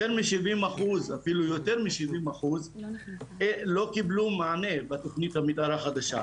יותר משבעים אחוז לא קיבלו מענה בתכנית המתאר החדשה.